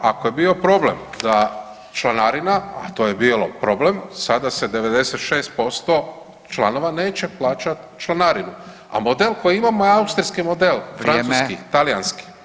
Ako je bio problem da članarina, a to je bio problem, sada se 96% članova neće plaćati članarinu a model koji imamo je austrijski model, francuski, talijanski.